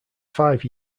five